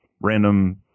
random